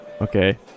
Okay